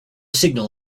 signal